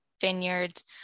vineyards